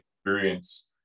experience